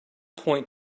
point